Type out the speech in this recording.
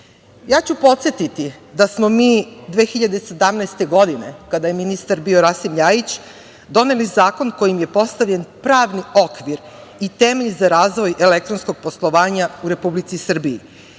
ću podsetiti da smo mi 2017. godine, kada je ministar bio Rasim Ljajić, doneli zakon kojim je postavljen pravni okvir i temelj za razvoj elektronskog poslovanja u Republici Srbiji. On